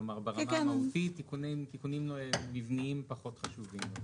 כלומר, ברמה המהותית ותיקונים מבניים פחות חשובים.